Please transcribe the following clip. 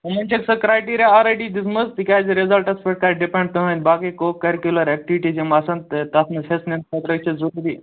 یہٕنٛدۍ چھِ سُہ criteria already دِژمٕژ تِکیٛازِ رِزلٹس پٮ۪ٹھ کرِ ڈِپٮ۪نٛڈ تِہٕنٛدۍ باقٕے کو کٔرکیٛوٗلر اٮ۪کٹیٛوٗٹیٖز یِم آسَن تہٕ تَتھ منٛز حِصہٕ نِیُن خٲطرٕ چھُ ضروٗری